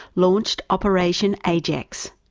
launched operation ajax,